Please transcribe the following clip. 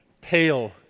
pale